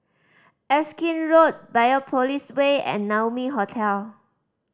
Erskine Road Biopolis Way and Naumi Hotel